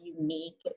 unique